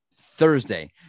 Thursday